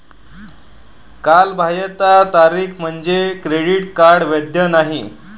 कालबाह्यता तारीख म्हणजे क्रेडिट कार्ड वैध नाही